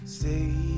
Say